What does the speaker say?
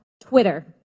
Twitter